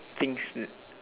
things